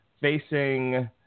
facing